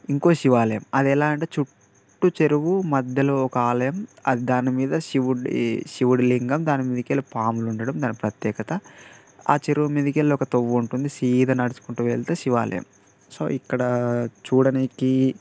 ఇంకో శివాలయం అది ఎలా అంటే చుట్టూ చెరువు మధ్యలో ఒక ఆలయం దానిమీద శివుడు శివుడి లింగం దానిమీదకెళ్ళి పాములు ఉండడం దాని ప్రత్యేకత ఆ చెరువు మీదికెళ్ళి ఒక తొవ్వ ఉంటుంది సీదా నడుచుకుంటూ వెళ్తే శివాలయం సో ఇక్కడ చూడడానీకి